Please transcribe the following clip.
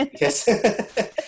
Yes